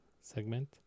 segment